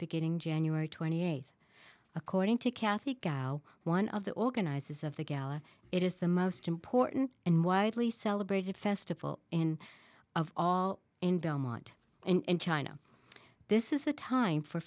beginning january twenty eighth according to kathy gile one of the organizers of the gala it is the most important and widely celebrated festival in of all in belmont and china this is the time for